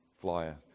flyer